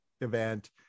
event